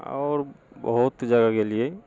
आओर बहुत जगह गेलियै